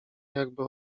jakby